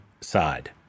side